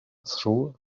through